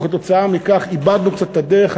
וכתוצאה מכך איבדנו קצת את הדרך.